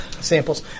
samples